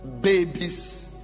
babies